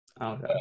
Okay